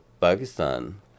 Pakistan